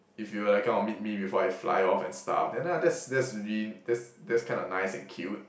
if you like kinda meet me before I fly off and stuff then ya that's that's really that's that's kinda nice and cute